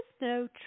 no